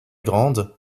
grande